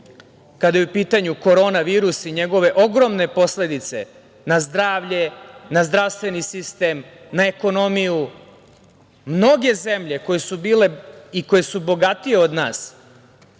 kada je u pitanju korona virus i njegove ogromne posledice na zdravlje, na zdravstveni sistem, na ekonomiju. Mnoge zemlje koje su bogatije od nas,